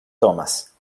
tomas